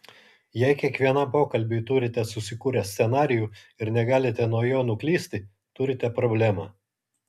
jei kiekvienam pokalbiui turite susikūrę scenarijų ir negalite nuo jo nuklysti turite problemą